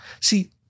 See